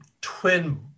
twin